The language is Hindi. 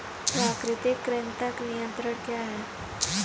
प्राकृतिक कृंतक नियंत्रण क्या है?